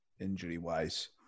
injury-wise